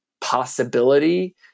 possibility